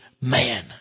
man